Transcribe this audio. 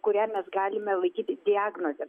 kurią mes galime laikyti diagnoze